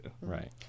Right